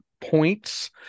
points